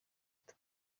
gito